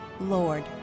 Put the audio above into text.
Lord